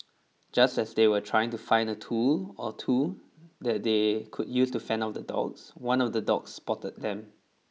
just as they were trying to find a tool or two that they could use to fend off the dogs one of the dogs spotted them